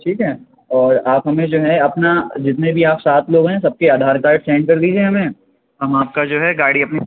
ٹھیک ہے اور آپ ہمیں جو ہے اپنا جتنے بھی آپ سات لوگ ہیں سب کے آدھار کارڈ سینڈ کردیجیے ہمیں ہم آپ کا جو ہے گاڑی اپنی